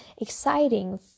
exciting